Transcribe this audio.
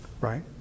Right